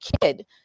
kid